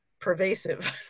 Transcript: pervasive